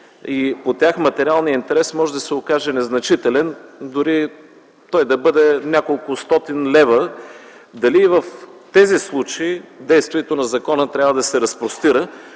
– по тях нотариалният интерес може да се окаже незначителен, дори той да бъде няколкостотин лева. Дали в тези случаи действието на закона трябва да се разпростира,